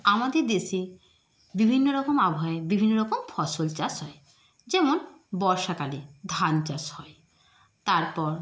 আমাদের দেশে বিভিন্ন রকম আবহাওয়ায় বিভিন্ন রকম ফসল চাষ হয় যেমন বর্ষাকালে ধান চাষ হয় তারপর